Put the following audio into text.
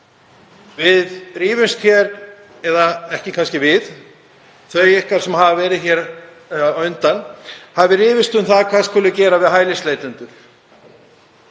Við rífumst hér, eða kannski ekki við, þau ykkar sem hafa verið hér á undan hafa rifist um það hvað skuli gera við hælisleitendur.